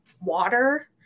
water